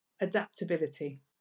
adaptability